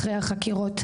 אחרי החקירות,